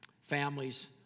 Families